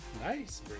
Nice